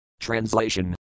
Translation